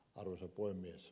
arvoisa puhemies